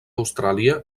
austràlia